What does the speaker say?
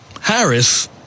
Harris